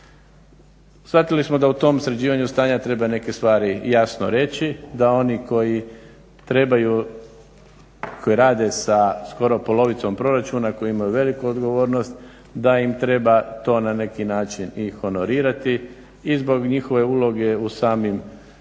Shvatili smo da u tom sređivanju stanja treba neke stvari jasno reći, da oni koji trebaju, koji rade sa skoro polovicom proračuna koji imaju veliku odgovornost da im treba to na neki način i honorirati i zbog njihove uloge u samom